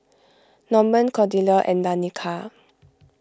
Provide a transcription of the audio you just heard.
Norman Cordella and Danika